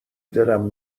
دلم